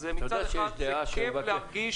אז מצד אחד זה כיף להרגיש